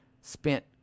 spent